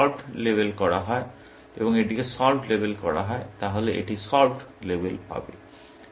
যদি এটিকে solved label করা হয় এবং এটিকে সলভড লেবেল করা হয় তাহলে এটি সল্ভড লেবেল পাবে